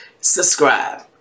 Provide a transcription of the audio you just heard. subscribe